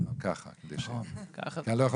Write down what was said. אני חושב